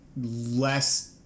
less